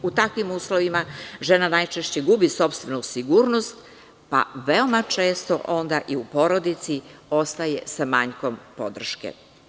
U takvim uslovima žena najčešće gubi sopstvenu sigurnost, pa veoma često onda i u porodici ostaje sa manjkom podrške.